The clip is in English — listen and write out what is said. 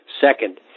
Second